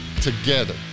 together